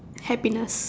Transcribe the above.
happiness